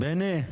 בני,